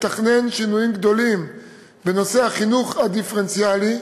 מתכנן שינויים גדולים בנושא החינוך הדיפרנציאלי,